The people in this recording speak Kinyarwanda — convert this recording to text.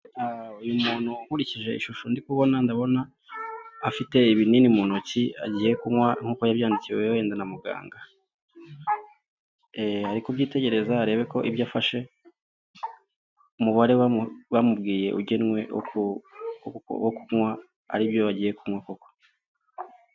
Uyu muntu nkurikije ishusho ndi kubona, ndabona afite ibinini mu ntoki agiye kunywa nk'uko yabyandikiwe wenda na muganga. Ari kubyitegereza arebe ko ibyo afashe umubare bamubwiye ugenwe wo kunywa ari byo agiye kunywa koko.